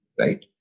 right